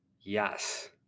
yes